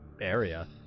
area